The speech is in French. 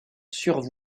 sur